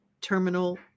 terminal